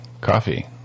Coffee